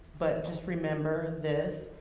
but just remember this,